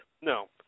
No